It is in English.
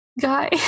guy